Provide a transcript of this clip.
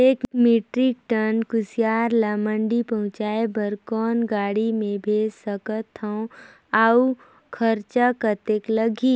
एक metric tonne कुसियार ल मंडी पहुंचाय बर कौन गाड़ी मे भेज सकत हव अउ खरचा कतेक लगही?